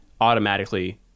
automatically